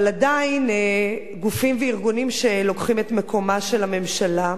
אבל עדיין גופים וארגונים שלוקחים את מקומה של הממשלה.